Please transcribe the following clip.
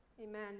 Amen